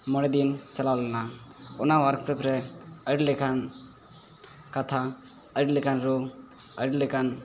ᱢᱚᱬᱮ ᱫᱤᱱ ᱪᱟᱞᱟᱣ ᱞᱮᱱᱟ ᱚᱱᱟ ᱚᱣᱟᱨᱠᱥᱚᱯᱨᱮ ᱟᱹᱰᱤᱞᱮᱠᱟᱱ ᱠᱟᱛᱷᱟ ᱟᱹᱰᱤᱞᱮᱠᱟᱱ ᱨᱩ ᱟᱹᱰᱤᱞᱮᱠᱟᱱ